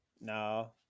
No